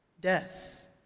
death